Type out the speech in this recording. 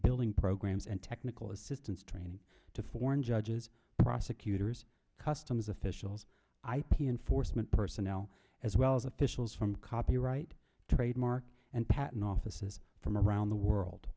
building programs and technical assistance training to foreign judges prosecutors customs officials ip enforcement personnel as well as officials from copyright trademark and patent offices from around the world